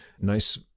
Nice